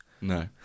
No